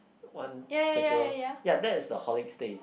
one circular ya that is the Horlicks taste